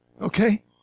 Okay